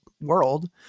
world